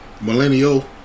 Millennial